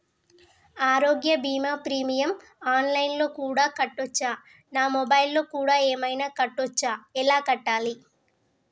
ఆరోగ్య బీమా premium online లో కూడా కట్టచ్చా? నా మొబైల్లో కూడా ఏమైనా కట్టొచ్చా? ఎలా కట్టాలి?